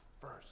first